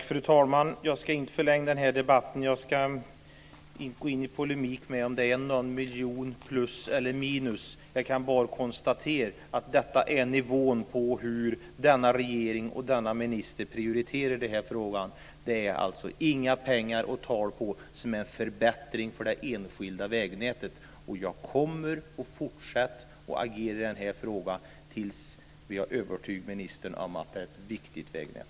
Fru talman! Jag ska inte förlänga den här debatten. Jag ska inte gå i polemik om det är någon miljon plus eller minus. Jag kan bara konstatera att detta är nivån för hur regeringen och ministern prioriterar den här frågan. Det är alltså inga pengar att tala om som en förbättring till det enskilda vägnätet. Jag kommer att fortsätta att agera i den här frågan tills vi har övertygat ministern om att det är ett viktigt vägnät.